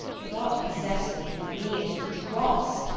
if aught possess thee from me, it is dross,